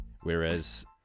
Whereas